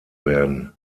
werden